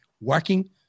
Working